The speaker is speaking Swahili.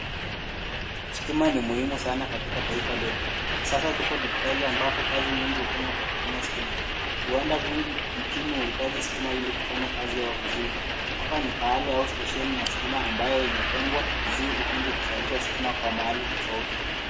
Stima ni muhimu sana katika taifa letu. Kisasa tupo dijitali ambapo kazi nyingi hufanya kwa kutumia stima. Viwanda vingi nchini huhitaji stima ili kufanya kazi yao vizuri. Hapa ni pahali au stesheni ya stima ambayo imetengwa vizuri ili kuzalisha stima kwa mahali tofauti.